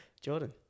Jordan